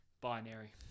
Binary